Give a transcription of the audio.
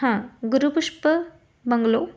हां गुरुपुष्प बंगलो